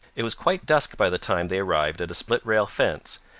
it was quite dusk by the time they arrived at a split-rail fence,